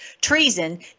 treason